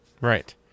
Right